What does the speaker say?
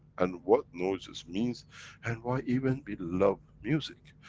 and what noises means and why even we love music.